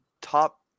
top